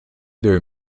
their